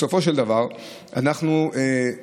בסופו של דבר אנחנו נשתדל.